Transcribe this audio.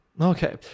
Okay